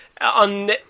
on